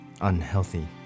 unhealthy